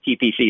TPC